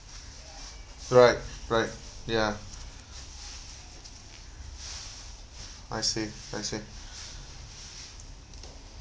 right right ya I see I see